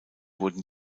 wurden